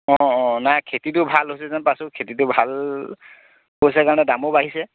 অঁ অঁ নাই খেতিটো ভাল হৈছে যেন পাইছোঁ খেতিটো ভাল হৈছে কাৰণে দামো বাঢ়িছে